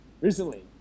recently